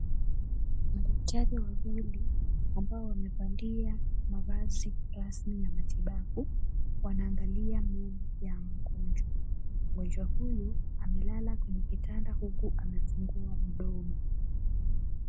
Madaktari wawili, ambao wamevalia mavazi rasmi ya matibabu, wanaangalia meno ya mgonjwa. Mgonjwa huyu amelala kwenye kitanda huku amefungua mdomo.